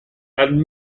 and